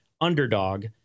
underdog